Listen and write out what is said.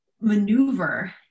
maneuver